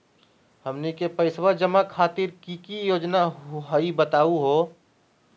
हमनी के पैसवा जमा खातीर की की योजना हई बतहु हो?